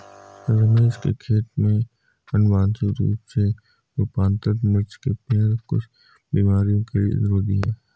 रमेश के खेत में अनुवांशिक रूप से रूपांतरित मिर्च के पेड़ कुछ बीमारियों के लिए निरोधी हैं